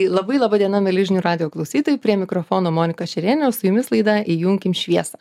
labai laba diena mieli žinių radijo klausytojai prie mikrofono monika šerėnienė su jumis laida įjunkim šviesą